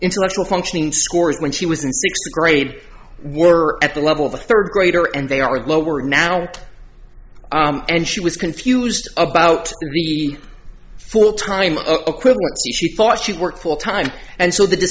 intellectual functioning scores when she was in sixth grade were at the level of a third grader and they are lower now and she was confused about the full time of a quick thought she worked full time and so th